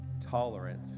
tolerant